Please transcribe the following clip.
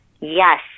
Yes